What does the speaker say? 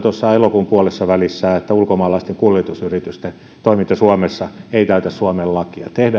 elokuun puolessavälissä että ulkomaalaisten kuljetusyritysten toiminta suomessa ei täytä suomen lakia tehdään